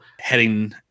heading